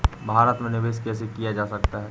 भारत में निवेश कैसे किया जा सकता है?